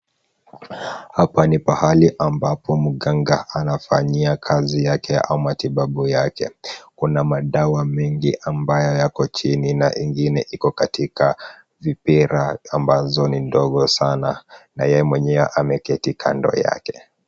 Hapa ni pahali ambapo mganga anafanyia kazi yake au matibabu yake. Kuna madawa mengi ambayo yako chini na ingine iko katika vipira ambazo ni ndogo sana na yeye mwenyewe ameketi kando yake.